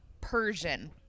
Persian